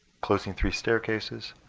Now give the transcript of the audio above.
closing three staircases.